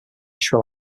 sri